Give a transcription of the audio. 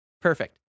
perfect